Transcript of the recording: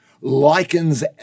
likens